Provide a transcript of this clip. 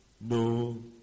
no